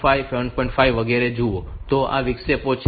5 વગેરે જુઓ તો આ વિક્ષેપો છે